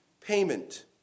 payment